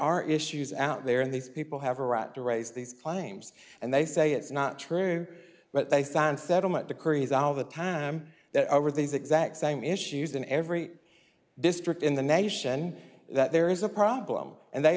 are issues out there and these people have a right to raise these claims and they say it's not true but they stand settlement decrees all the time there are these exact same issues in every district in the nation that there is a problem and they